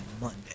Monday